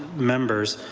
members